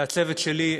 לצוות שלי,